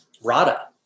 RADA